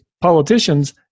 politicians